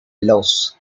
lost